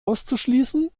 auszuschließen